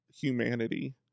humanity